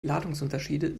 ladungsunterschiede